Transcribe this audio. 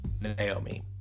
Naomi